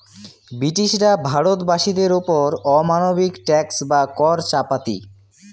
ব্রিটিশরা ভারত বাসীদের ওপর অমানবিক ট্যাক্স বা কর চাপাতি